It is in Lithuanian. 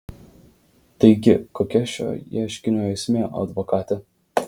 taigi kokia šio ieškinio esmė advokate